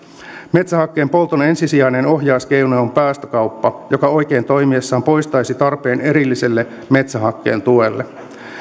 metsähakkeen polton ensisijainen ohjauskeino on päästökauppa joka oikein toimiessaan poistaisi tarpeen erilliselle metsähakkeen tuelle